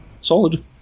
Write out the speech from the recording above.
Solid